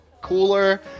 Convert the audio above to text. cooler